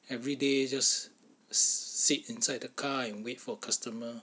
everyday just sit inside a car and wait for customer